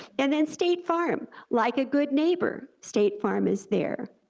and then state farm, like a good neighbor, state farm is there.